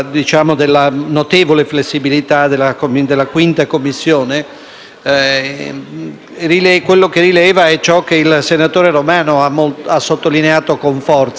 5ª Commissione, è ciò che il senatore Romano ha sottolineato con forza, ossia il fatto che siamo in presenza di un atto che si vuole banale,